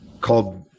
called